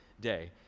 day